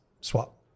swap